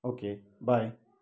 okay bye